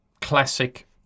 classic